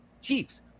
Chiefs